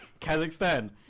Kazakhstan